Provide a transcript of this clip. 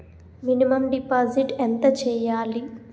Minimum deposit ఎంత చెయ్యాలి?